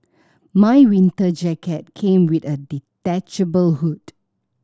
my winter jacket came with a detachable hood